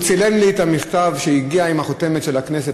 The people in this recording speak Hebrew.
הוא צילם לי את המכתב שהגיע עם החותמת של הכנסת,